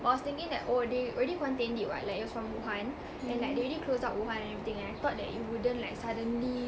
I was thinking that oh they already contained it [what] like it was from wuhan and like they already closed up wuhan and everything and I thought that it wouldn't like suddenly